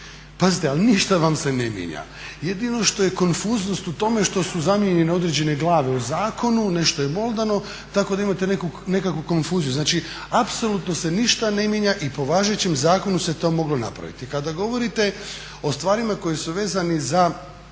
Pazite, ali ništa vam se ne mijenja. Jedino što je konfuznost u tome što su zamijenjene određene glave u zakonu, nešto je boldano tako da imate nekakvu konfuziju. Znači, apsolutno se ništa ne mijenja i po važećem zakonu se to moglo napraviti. Kada govorite o stvarima koji su vezani za